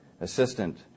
assistant